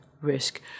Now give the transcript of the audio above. risk